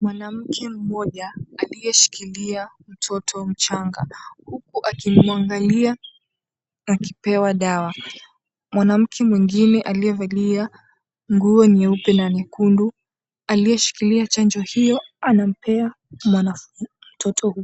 Mwanamke mmoja aliye shikilia mtoto mchanga huku anamwangalia akipewa dawa mwanamke mwengine aliye valia nguo nyeupe na nyekundu aliyeshikilia chanjo hiyo anampea mtoto huyo.